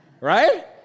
Right